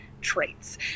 traits